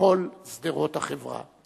לכל שדרות החברה.